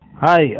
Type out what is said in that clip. Hi